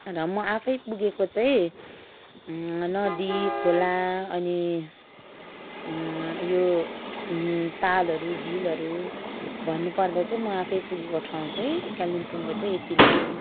र म आफै पुगेको चाहिँ नदी खोला अनि यो तालहरू झिलहरू भन्नु पर्दा चाहिँ म आफै पुगेको ठाउँ चाहिँ कालिम्पोङको चाहिँ यति नै हो